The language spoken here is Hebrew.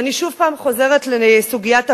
ואני שוב חוזרת לסוגיית הפיקוח,